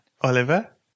Oliver